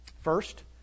First